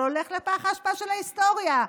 אבל הולך לפח האשפה של ההיסטוריה.